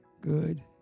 Good